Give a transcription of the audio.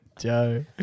Joe